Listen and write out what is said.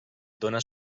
dóna